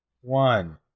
one